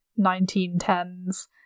1910s